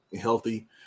healthy